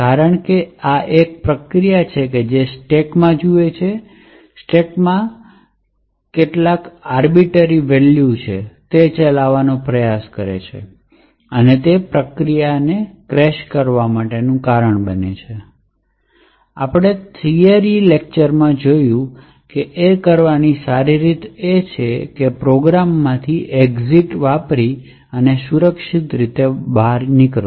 કારણ કે આ એક પ્રક્રિયાછે જે stack માં જુએ છે અને તે સ્ટેકમાંથી કેટલોક કચરો અથવા કેટલીક આર્બિટોરી વેલ્યૂ લે છે અને તે ચલાવવાનો પ્રયત્ન કરે છે અને તે પ્રક્રિયાને ખરેખર ક્રેશ કરવા માટેનું કારણ બને છે આપણે થિયરી વ્યાખ્યાનમાં જોયું છે તે કરવાની વધુ સારી રીત એ છે કે તે પ્રોગ્રામમાં થી સુરક્ષિત રીતે બહાર નીકળો